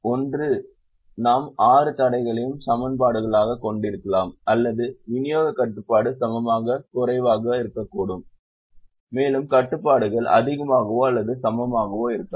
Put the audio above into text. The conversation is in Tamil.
ஒன்று நாம் 6 தடைகளையும் சமன்பாடுகளாகக் கொண்டிருக்கலாம் அல்லது விநியோகக் கட்டுப்பாடு சமமாக குறைவாக இருக்கக்கூடும் மேலும் கட்டுப்பாடுகள் அதிகமாகவோ அல்லது சமமாகவோ இருக்கலாம்